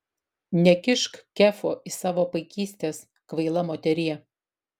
nekišk kefo į savo paikystes kvaila moterie